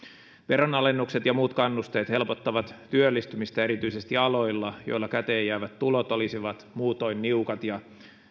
veronalennukset ja muut kannusteet helpottavat työllistymistä erityisesti aloilla joilla käteenjäävät tulot olisivat muutoin niukat ja